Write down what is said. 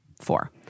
Four